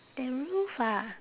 the roof ah